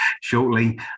shortly